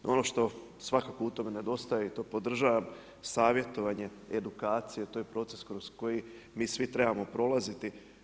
Ono što svakako u tome nedostaje i to podržavam savjetovanje, edukacije, to je proces kroz koji mi svi trebamo prolaziti.